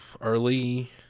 early